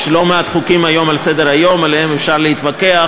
יש לא מעט חוקים היום על סדר-היום שעליהם אפשר להתווכח,